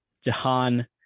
jahan